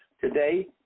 today